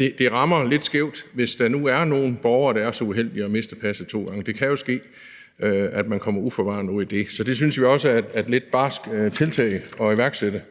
det rammer lidt skævt, hvis der nu er nogle borgere for der er så uheldige at miste passet to gange. Det kan jo ske, at man uforvarende kommer til det. Så det synes vi også er et lidt barskt tiltag at iværksætte.